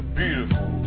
beautiful